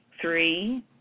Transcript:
three